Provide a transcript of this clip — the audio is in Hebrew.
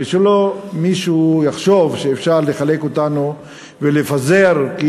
ושלא יחשוב מישהו שאפשר לחלק אותנו ולפזר את